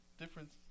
difference